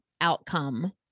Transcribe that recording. outcome